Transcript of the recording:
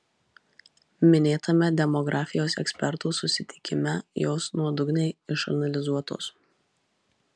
minėtame demografijos ekspertų susitikime jos nuodugniai išanalizuotos